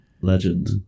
legend